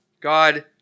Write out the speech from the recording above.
God